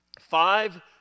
five